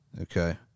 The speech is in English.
Okay